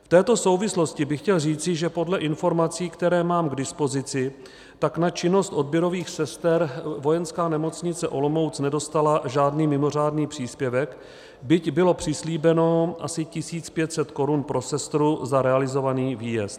V této souvislosti bych chtěl říci, že podle informací, které mám k dispozici, tak na činnost odběrových sester Vojenská nemocnice Olomouc nedostala žádný mimořádný příspěvek, byť bylo přislíbeno asi 1 500 korun pro sestru za realizovaný výjezd.